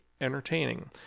entertaining